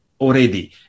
already